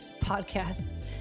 Podcasts